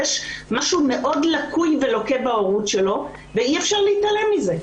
יש משהו לקוי מאוד ולוקה בהורות שלו ואי-אפשר להתעלם מזה.